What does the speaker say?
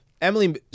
Emily